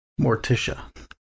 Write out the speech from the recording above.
Morticia